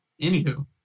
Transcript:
Anywho